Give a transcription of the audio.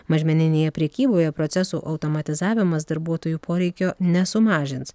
mažmeninėje prekyboje procesų automatizavimas darbuotojų poreikio nesumažins